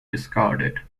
discarded